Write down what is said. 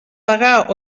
degà